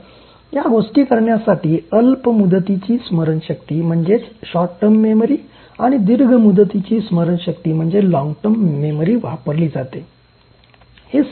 तर या गोष्टी करण्यासाठी अल्प मुदतीची स्मरणशक्ती आणि दीर्घ मुदतीची स्मरणशक्ती वापरली जाते